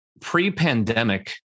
pre-pandemic